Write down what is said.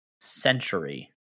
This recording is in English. century